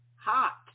hot